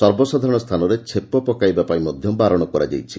ସର୍ବସାଧାରଣ ସ୍ଥାନରେ ଛେପ ପକାଇବାପାଇଁ ମଧ୍ୟ ବାରଣ କରାଯାଇଛି